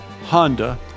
Honda